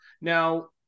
now